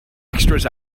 extras